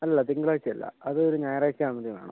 അല്ല തിങ്കളാഴ്ച്ച അല്ല അതൊരു ഞായറാഴ്ച്ച ആകുമ്പോഴേക്കും വേണം